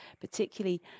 particularly